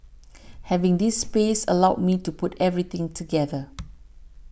having this space allowed me to put everything together